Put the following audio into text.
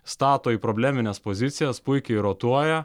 stato į problemines pozicijas puikiai rotuoja